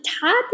tap